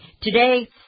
Today